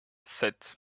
sept